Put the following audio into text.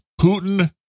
Putin